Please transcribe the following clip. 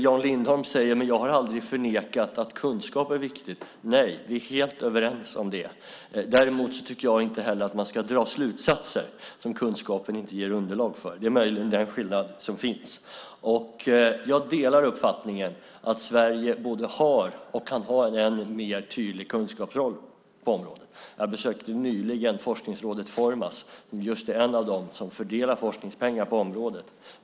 Jan Lindholm säger, och det har jag aldrig förnekat, att kunskap är viktigt. Vi är helt överens om det. Däremot tycker jag inte att man ska dra slutsatser som kunskapen inte ger underlag för. Det är möjligen den skillnaden som finns. Jag delar uppfattningen att Sverige både har och kan ha en än mer tydlig kunskapsroll på området. Jag besökte nyligen forskningsrådet Formas som är en av dem som fördelar forskningspengar på området.